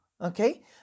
Okay